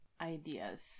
ideas